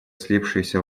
слипшиеся